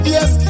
Yes